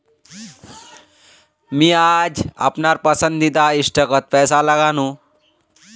मी आज अपनार पसंदीदा स्टॉकत पैसा लगानु